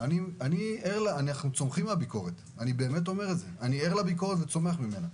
אנחנו ערים לביקורת וצומחים ממנה.